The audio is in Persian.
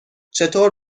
چطور